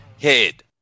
head